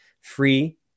free